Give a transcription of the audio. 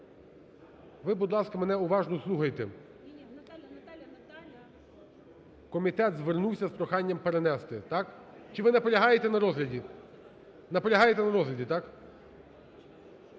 ви, будь ласка, мене уважно слухайте. Комітет звернувся з проханням перенести, так? Чи ви наполягаєте на розгляді?